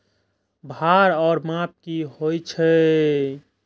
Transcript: भार ओर माप की होय छै?